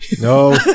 no